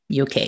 UK